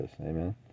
Amen